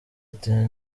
ati